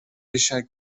eisiau